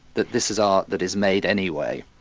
that this is art that is made anyway.